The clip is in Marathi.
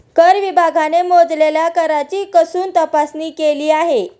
कर विभागाने मोजलेल्या कराची कसून तपासणी केली आहे